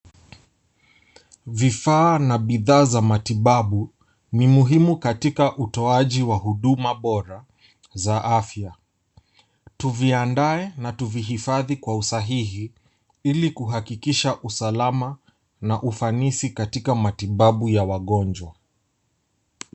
Vifaa na bidhaa za matibabu, ni muhimu katika utoaji wa huduma bora za afya. Tuviandae tuvihifadhi kwa usahihi, ili kuhakikisha usalama na ufanisi katika matibabu ya wagonjwa.